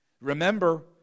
Remember